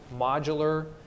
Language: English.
modular